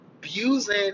abusing